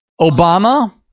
Obama